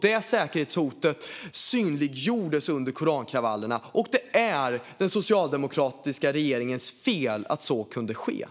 Detta säkerhetshot synliggjordes under korankravallerna, och det är den socialdemokratiska regeringens fel att så kunde ske.